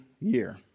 year